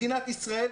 מדינת ישראל,